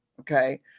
Okay